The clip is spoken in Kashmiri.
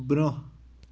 برٛونٛہہ